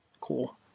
cool